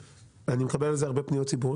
אני מקבל על זה הרבה פניות ציבור.